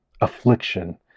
affliction